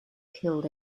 killed